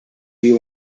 you